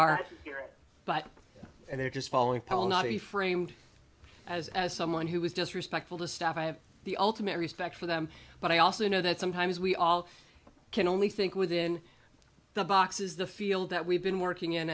are but and they're just following paul not a framed as as someone who was disrespectful to staff i have the ultimate respect for them but i also know that sometimes we all can only think within the boxes the field that we've been working in